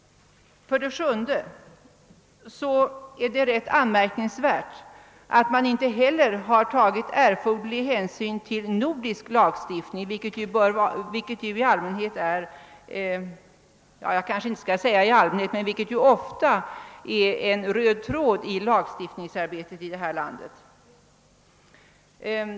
För det sjunde är det ganska anmärkningsvärt att erforderlig hänsyn inte heller har tagits till nordisk lagstiftning, vilket annars ofta är den röda tråden i lagstiftningsarbetet här i landet.